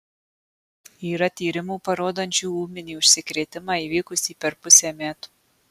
yra tyrimų parodančių ūminį užsikrėtimą įvykusį per pusę metų